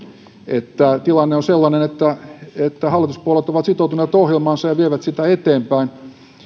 että tilanne on ollut sellainen että että hallituspuolueet ovat sitoutuneet ohjelmaansa ja vieneet sitä eteenpäin